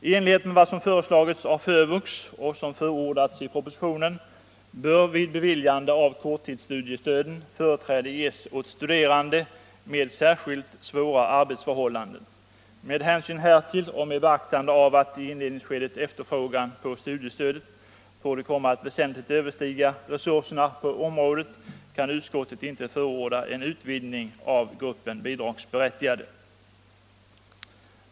I enlighet med vad som föreslagits av FÖVUX och förordats i propositionen bör vid beviljande av korttidsstudiestöden företräde ges åt studerande med särskilt svåra arbetsförhållanden. Med hänsyn härtill och 43 med beaktande av att i inledningsskedet efterfrågan på studiestödet torde komma att väsentligt överstiga resurserna på området kan utskottet inte förorda en utvidgning av gruppen bidragsberättigade.